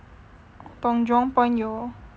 我懂 jurong point 有